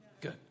good